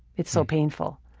it's so painful.